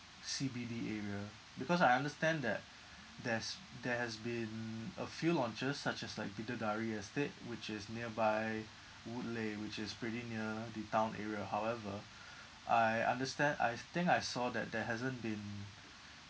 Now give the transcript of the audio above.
C_B_D area because I understand that there's there has been a few launches such as like bidadari estate which is nearby woodleigh which is pretty near the town area however I understand I think I saw that there hasn't been